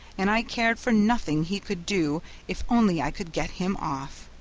and i cared for nothing he could do if only i could get him off.